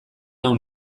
nau